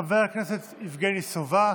חבר הכנסת יבגני סובה.